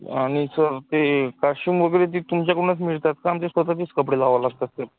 आणि सर ते काशिम वगैरे ते तुमच्याकडूनच मिळतात का आमचे स्वतःचेच कपडे लावा लागतात ते